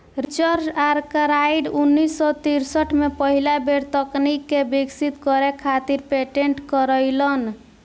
Richard Arkwright उन्नीस सौ तिरसठ में पहिला बेर तकनीक के विकसित करे खातिर पेटेंट करइलन